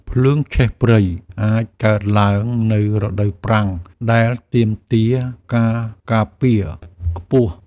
ភ្លើងឆេះព្រៃអាចកើតឡើងនៅរដូវប្រាំង ដែលទាមទារការការពារខ្ពស់។